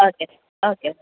okay okay